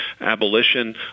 abolition